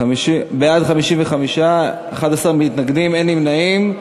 55, 11 מתנגדים, אין נמנעים.